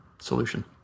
solution